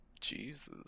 Jesus